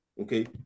okay